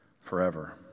forever